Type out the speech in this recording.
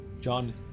John